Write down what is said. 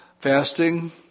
Fasting